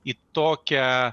į tokią